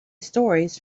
stories